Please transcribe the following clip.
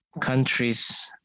countries